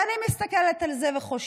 ואני מסתכלת על זה וחושבת: